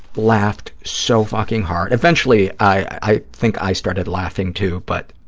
laughed so fucking hard. eventually i think i started laughing, too, but